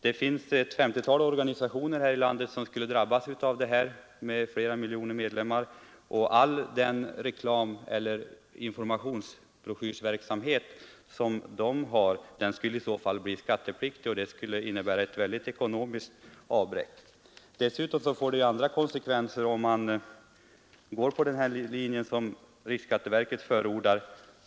I så fall skulle ett 50-tal organisationer i landet med flera miljoner medlemmar drabbas av detta, och alla deras informationsbroschyrer skulle bli skattepliktiga. Det skulle innebära ett stort ekonomiskt avbräck. Dessutom får det andra konsekvenser, om man går på den linje som riksskatteverket förordar.